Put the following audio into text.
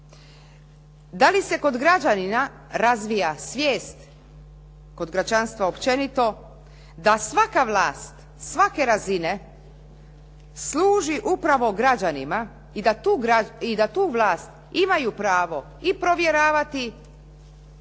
Da li se kod građanina razvija svijest, kod građanstva općenito, da svaka vlast, svake razine služi upravo građanima i da tu vlast imaju pravo i provjeravati i